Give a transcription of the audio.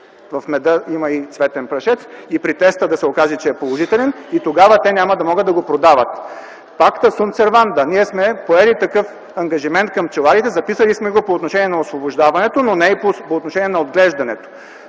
в меда има и цветен прашец и при теста да се окаже, че е положителен. И тогава те няма да могат да го продават. Ние сме поели такъв ангажимент към пчеларите, записали сме го по отношение на освобождаването, но не и по отношение на отглеждането.